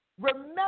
remember